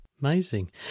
Amazing